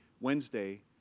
Wednesday